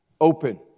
open